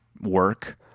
work